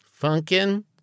Funkin